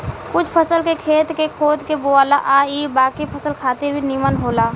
कुछ फसल के खेत के खोद के बोआला आ इ बाकी फसल खातिर भी निमन होला